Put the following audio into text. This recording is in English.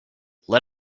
let